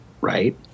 right